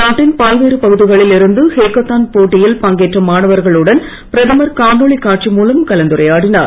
நாட்டின் பல்வேறு பகுதிகளில் இருந்து ஹேக்கத்தான் போட்டியில் பங்கேற்ற மாணவர்களுடன் பிரதமர் காணொலி காட்சி மூலம் கலந்துரையாடினார்